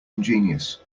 ingenious